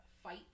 fight